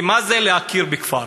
כי מה זה להכיר בכפר?